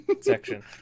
section